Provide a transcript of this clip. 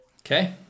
Okay